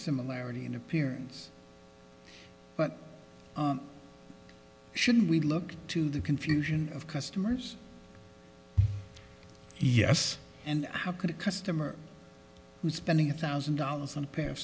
similarity in appearance but shouldn't we look to the confusion of customers yes and how could a customer who's spending a thousand dollars on a pair of